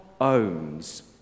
owns